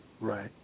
Right